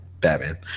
Batman